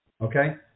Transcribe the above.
Okay